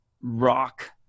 rock